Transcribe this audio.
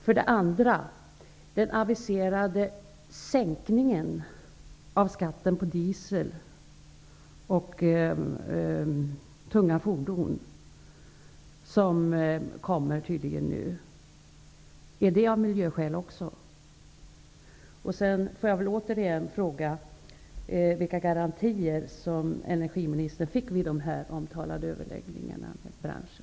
För det andra: Görs den aviserade sänkning av skatten på diesel och tunga fordon som tydligen kommer nu också av miljöskäl? Jag får återigen fråga vilka garantier energiministern fick vid de omtalade överläggningarna med branschen.